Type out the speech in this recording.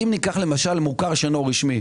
אם ניקח למשל מוכר שאינו רשמי,